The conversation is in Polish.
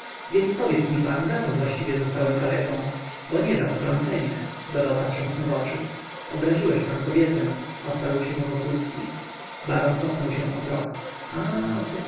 więc powiedz mi pan za co właściwie zostałem kaleką bo nie za potrącenie dodał patrząc mu w oczy obraziłeś pan kobietę odparł cicho wokulski baron cofnął się o krok ach cest